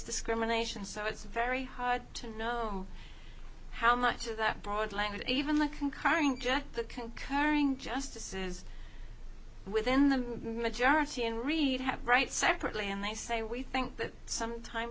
discrimination so it's very hard to know how much of that broad language even like concurring the concurring justices within the majority in read have right separately and they say we think that some time